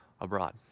abroad